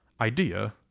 idea